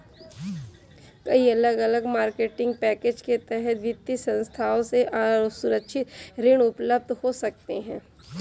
कई अलग अलग मार्केटिंग पैकेज के तहत वित्तीय संस्थानों से असुरक्षित ऋण उपलब्ध हो सकते हैं